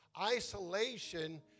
isolation